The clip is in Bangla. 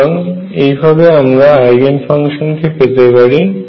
সুতরাং এইভাবে আমরা আইগেন ফাংশন কে পেতে পারি